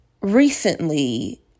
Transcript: recently